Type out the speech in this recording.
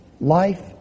Life